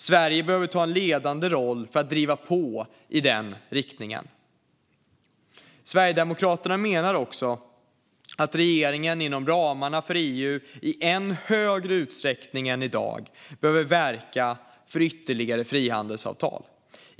Sverige behöver ta en ledande roll för att driva på i den riktningen. Sverigedemokraterna menar också att regeringen inom ramarna för EU i större utsträckning än i dag behöver verka för ytterligare frihandelsavtal.